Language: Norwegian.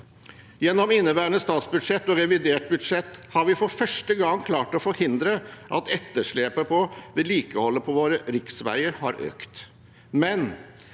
Med inneværende statsbudsjett og revidert budsjett har vi for første gang klart å forhindre at etterslepet på vedlikeholdet på riksveiene våre har økt.